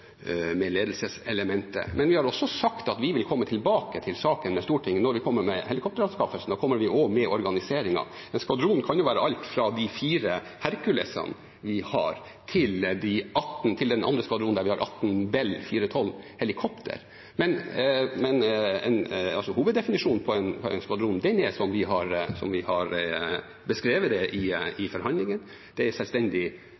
med ledelseselementer. Men vi har også sagt at vi vil komme tilbake til saken i Stortinget når vi kommer med helikopteranskaffelsen. Da kommer vi også med organiseringen. En skvadron kan jo være alt fra de fire Hercules-helikoptrene vi har, til den andre skvadronen, der vi har atten Bell-412-helikopter. Men hoveddefinisjonen på en skvadron er som vi har beskrevet det i forhandlingene: Det er en selvstendig enhet. Jeg mener også at det er lurest å komme tilbake til saken i